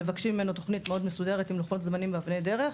מבקשים ממנו תוכנית מאוד מסודרת עם לוחות זמנים ואבני דרך,